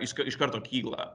iš k iš karto kyla